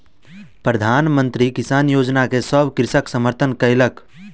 प्रधान मंत्री किसान योजना के सभ कृषक समर्थन कयलक